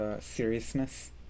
seriousness